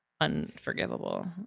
unforgivable